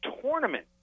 tournament